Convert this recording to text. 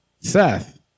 Seth